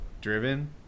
driven